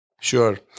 Sure